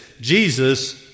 Jesus